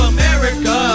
America